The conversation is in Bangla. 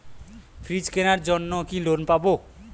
ফ্রিজ কেনার জন্য কি লোন পাব?